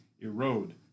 erode